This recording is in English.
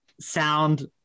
sound